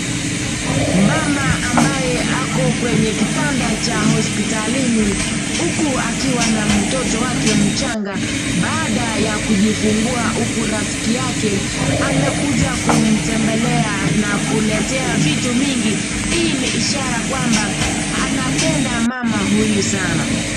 Mama ambaye ako kwenye kitanda cha hospitalini huku akiwa na mtoto wake mchanga baada ya kujifungua huku rafiki yake amekuja kumtembelea na kumletea vitu mingi, hii ni ishara kwamba anapenda mama huyu sana.